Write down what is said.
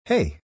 Hey